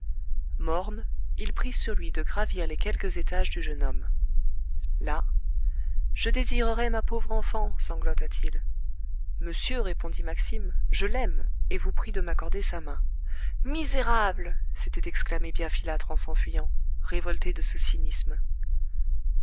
morne il prit sur lui de gravir les quelques étages du jeune homme là je désirerais ma pauvre enfant sanglota t il monsieur répondit maxime je l'aime et vous prie de m'accorder sa main misérable s'était exclamé bienfilâtre en s'enfuyant révolté de ce cynisme